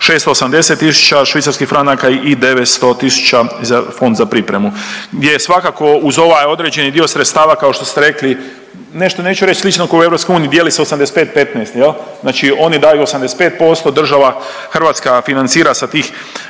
680 tisuća švicarskih franaka i 900 tisuća za, Fond za pripremu gdje je svakako uz ovaj određeni dio sredstava kao što ste rekli nešto neću reć slično ko u EU, dijeli se 85:15 jel, znači oni daju 85%, država Hrvatska financira sa tih,